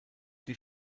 die